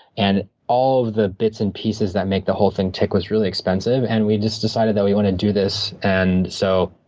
and all of the bits and pieces that make the whole thing tick was really expensive, and we just decided that we want to do this, and so